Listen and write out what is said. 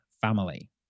family